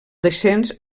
descens